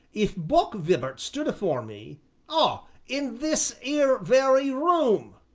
if buck vibart stood afore me ah, in this ere very room,